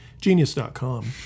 Genius.com